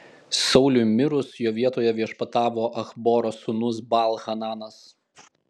sauliui mirus jo vietoje viešpatavo achboro sūnus baal hananas